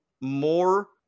more